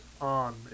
on